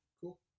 Cool